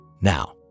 Now